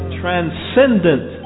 transcendent